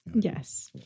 Yes